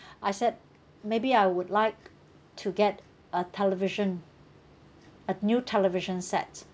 I said maybe I would like to get a television a new television set